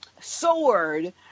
sword